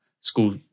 School